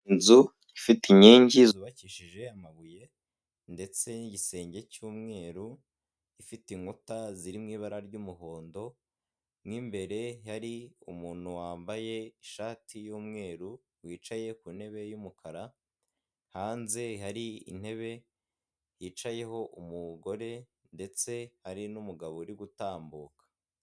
Inzu ifite inkingi zubakishije amabuye ndetse n'igisenge cy'umweru, ifite inkuta ziriw ibara ry'umuhondo. Nkimmbere yari umuntu wambaye ishati yumweru wicaye ku ntebe yumukara hanze hari intebe yicayeho umugore, ndetse hari numugabo uri gutambuka.